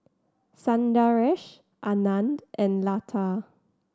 Sundaresh Anand and Lata